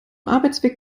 arbeitsweg